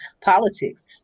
politics